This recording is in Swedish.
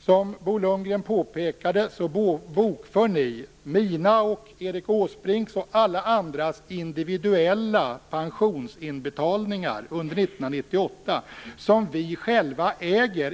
Som Bo Lundgren påpekade bokför ni mina, Erik Åsbrinks och alla andras individuella pensionsinbetalningar under 1998 - dessa äger vi ju själva